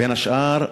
בין השאר: